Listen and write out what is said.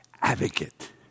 advocate